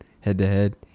head-to-head